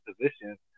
positions